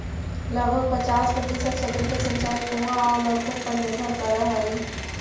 लगभग पचास प्रतिशत क्षेत्र के सिंचाई कुआँ औ नलकूप पर निर्भर करऽ हई